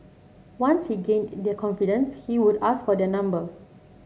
once he gained their confidence he would ask for their number